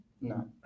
No